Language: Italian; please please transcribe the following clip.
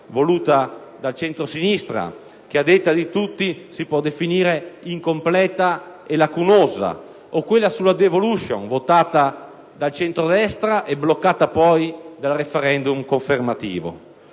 voluta dal centrosinistra, che, a detta di tutti, si può definire incompleta e lacunosa. O quella sulla *devolution*, votata dal centrodestra e bloccata poi dal *referendum* confermativo.